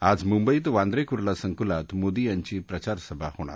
काल मुंबईत वांद्रे कुर्ला संकुलातही मोदी यांची प्रचारसभा झाली